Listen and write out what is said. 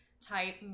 type